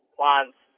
Plants